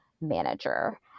manager